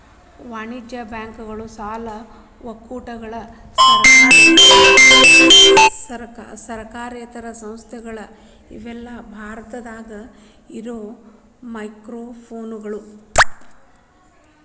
ವಾಣಿಜ್ಯ ಬ್ಯಾಂಕುಗಳ ಸಾಲ ಒಕ್ಕೂಟಗಳ ಸರ್ಕಾರೇತರ ಸಹಕಾರಿ ಸಂಸ್ಥೆಗಳ ಇವೆಲ್ಲಾ ಭಾರತದಾಗ ಇರೋ ಮೈಕ್ರೋಫೈನಾನ್ಸ್ಗಳು